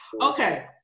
Okay